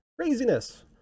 craziness